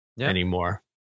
anymore